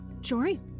Jory